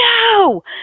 no